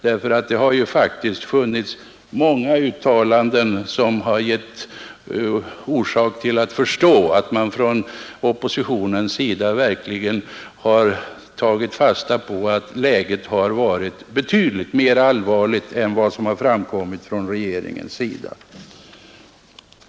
Det har ju faktiskt funnits många uttalanden som har gett anledning till att man måste förstå att man från oppositionens sida verkligen har påtalat att läget har varit betydligt mera allvarligt än vad som har framkommit från regeringens sida.